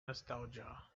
nostalgia